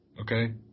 okay